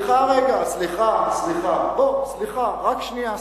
סליחה, רגע, רק שנייה.